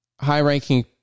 high-ranking